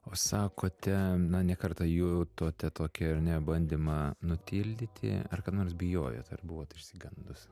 o sakote na ne kartą jutote tokį ar ne bandymą nutildyti ar kada nors bijojot ar buvot išsigandus